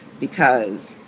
because